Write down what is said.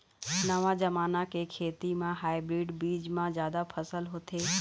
नवा जमाना के खेती म हाइब्रिड बीज म जादा फसल होथे